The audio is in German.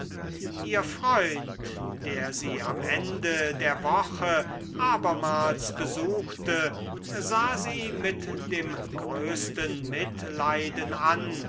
ihr freund der sie am ende der woche abermals besuchte sah sie mit dem größten mitleiden an